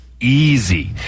easy